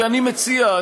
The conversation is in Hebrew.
אני מציע.